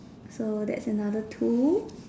so that's another two